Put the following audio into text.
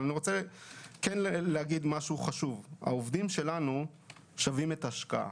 אני רוצה להגיד דבר חשוב: העובדים שלנו שווים את ההשקעה.